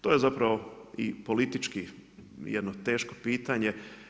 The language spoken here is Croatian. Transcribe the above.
To je zapravo i politički jedno teško pitanje.